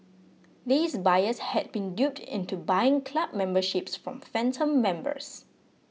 these buyers had been duped into buying club memberships from phantom members